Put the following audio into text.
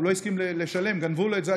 הוא לא הסכים לשלם, גנבו לו את זה.